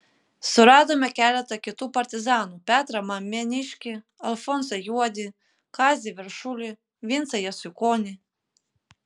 suradome keletą kitų partizanų petrą mameniškį alfonsą juodį kazį veršulį vincą jasiukonį